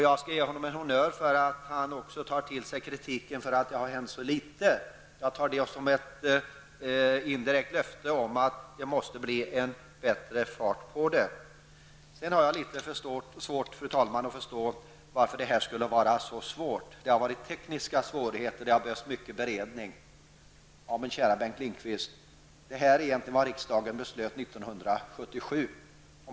Jag ger honom en honnör för att han tar till sig kritiken mot att det har hänt så litet. Det tar jag som ett indirekt löfte om att det kommer att bli bättre fart. Jag har sedan, fru talman, litet svårt att förstå att det här skulle vara så besvärligt. Det har varit tekniska svårigheter och krävts mycket beredning, säger statsrådet. Men, käre Bengt Lindqvist, det här är egentligen vad riksdagen beslöt 1977.